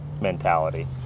mentality